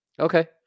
Okay